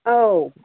औ